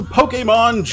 Pokemon